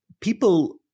people